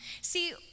See